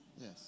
yes